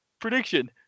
prediction